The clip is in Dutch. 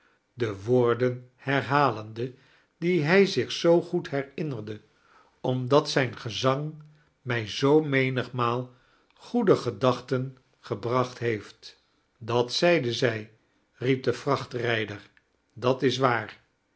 de woorden herhalende die hij zich zoo goed herinnerde omdat zijn gezang mij zoo menigmaal goede gedachten gebracht heeft dat zeide zij riep de vra htrijder dat is waar